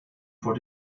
vor